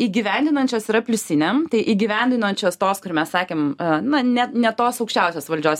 įgyvendinančios yra pliusiniam tai įgyvendinančios tos kur mes sakėm na ne ne tos aukščiausios valdžios